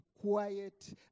quiet